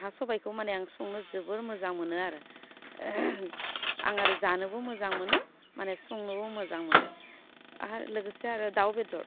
हा सबाइखौ माने आं संनो जोबोर मोजां मोनो आरो आं आरो जानोबो मोजां मोनो माने संनोबो मोजां मोनो आरो लोगोसे आरो दाउ बेदर